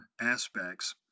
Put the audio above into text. aspects